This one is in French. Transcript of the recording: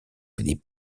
des